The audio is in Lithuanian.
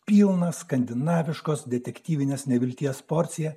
pilnas skandinaviškos detektyvinės nevilties porcija